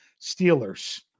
Steelers